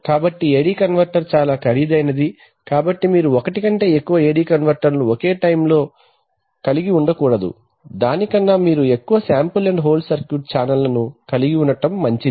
కాబట్టి AD converter ఖరీదైనది కాబట్టి మీరు ఒకటి కంటే ఎక్కువ AD కన్వర్టర్లను ఒకే టైమ్ లో ఒకటి కంటే ఎక్కువ కలిగి ఉండకూడదు దానికన్నా మీరు ఎక్కువ శాంపుల్ అండ్ హోల్డ్ సర్క్యూట్ ఛానెల్లను కలిగి ఉండటం మంచిది